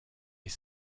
est